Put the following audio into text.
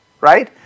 right